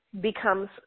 becomes